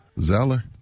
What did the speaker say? Zeller